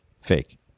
fake